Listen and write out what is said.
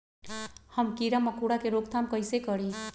हम किरा मकोरा के रोक थाम कईसे करी?